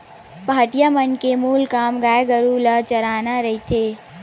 पहाटिया मन के मूल काम गाय गरु ल चराना रहिथे